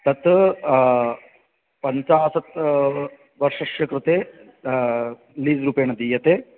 तत् पञ्चाशत् वर्षस्य कृते लीस् रूपेण दीयते